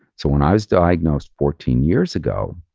so when i was diagnosed fourteen years ago,